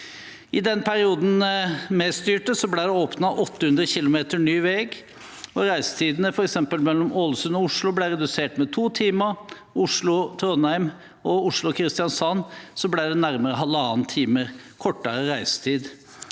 I den perioden vi styrte, ble det åpnet 800 km ny vei, og reisetiden f.eks. mellom Ålesund og Oslo ble redusert med 2 timer. For Oslo–Trondheim og Oslo–Kristiansand ble det nærmere halvannen time kortere reisetid.